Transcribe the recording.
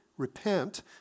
Repent